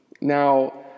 Now